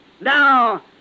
Now